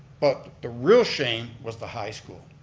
but the real shame was the high school.